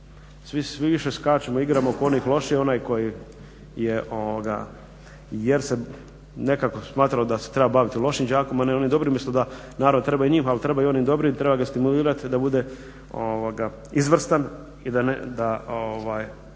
Svi više skačemo i igramo oko onih lošijih jer se nekako smatralo da se treba baviti lošim đakom, a ne onim dobrim umjesto da narod treba i njih ali treba i onim dobrim, treba ga stimulirati da bude izvrstan i da nas ti koji